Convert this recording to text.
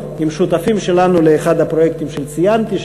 עם שותפים שלנו לאחד הפרויקטים שציינתי,